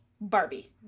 Barbie